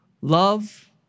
Love